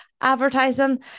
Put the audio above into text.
advertising